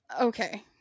okay